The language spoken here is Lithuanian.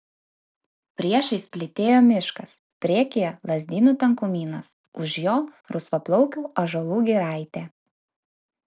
priešais plytėjo miškas priekyje lazdynų tankumynas už jo rusvaplaukių ąžuolų giraitė